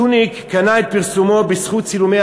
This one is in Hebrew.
טוניק קנה את פרסומו בזכות צילומי